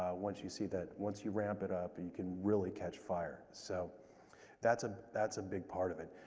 ah once you see that, once you ramp it up, and you can really catch fire. so that's ah that's a big part of it.